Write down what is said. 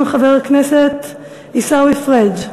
חבר הכנסת עיסאווי פריג',